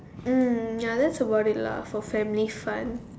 mm ya that's about it lah for family fun